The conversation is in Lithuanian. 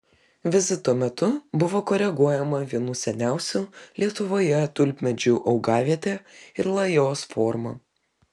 vizito metu buvo koreguojama vienų seniausių lietuvoje tulpmedžių augavietė ir lajos forma